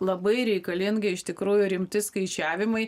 labai reikalingi iš tikrųjų rimti skaičiavimai